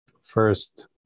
first